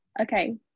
Okay